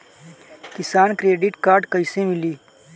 किसान credit card कइसे मिली?